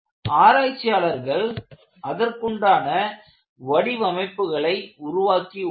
ஆராய்ச்சியாளர்கள் அதற்குண்டான வடிவமைப்புகளை உருவாக்கி உள்ளனர்